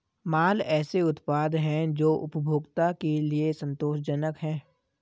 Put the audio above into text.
माल ऐसे उत्पाद हैं जो उपभोक्ता के लिए संतोषजनक हैं